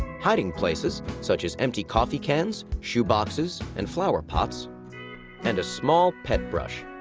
hiding places, such as empty coffee cans, shoeboxes, and flowerpots and a small pet brush